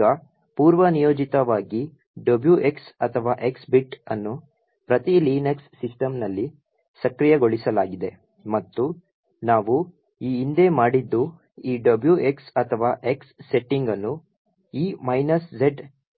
ಈಗ ಪೂರ್ವನಿಯೋಜಿತವಾಗಿ WX ಅಥವಾ X ಬಿಟ್ ಅನ್ನು ಪ್ರತಿ ಲಿನಕ್ಸ್ ಸಿಸ್ಟಂನಲ್ಲಿ ಸಕ್ರಿಯಗೊಳಿಸಲಾಗಿದೆ ಮತ್ತು ನಾವು ಈ ಹಿಂದೆ ಮಾಡಿದ್ದು ಈ WX ಅಥವಾ X ಸೆಟ್ಟಿಂಗ್ ಅನ್ನು ಈ z execstack ನಿಷ್ಕ್ರಿಯಗೊಳಿಸುವುದು